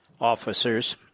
officers